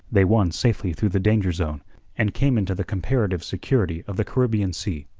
they won safely through the danger-zone and came into the comparative security of the caribbean sea.